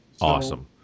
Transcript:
Awesome